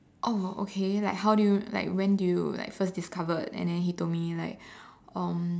oh okay like how do you like when did you like first discovered and then he told me like um